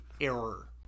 error